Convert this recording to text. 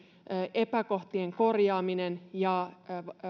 epäkohtien korjaaminen ja